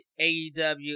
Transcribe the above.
AEW